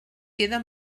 queda